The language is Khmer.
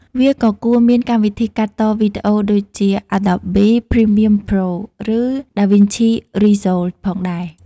វាក៏គួរមានកម្មវិធីកាត់តវីដេអូដូចជា Adobe Premiere Pro ឬ DaVinci Resolve ផងដែរ។